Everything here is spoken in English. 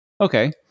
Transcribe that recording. Okay